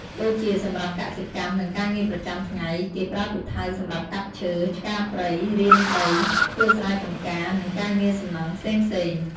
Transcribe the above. ដូចជាសម្រាប់កសិកម្ម និងការងារប្រចាំថ្ងៃ គេប្រើពូថៅសម្រាប់កាប់ឈើ ឆ្ការព្រៃ រានដីធ្វើស្រែចម្ការ និងការងារសំណង់ផ្សេងៗ។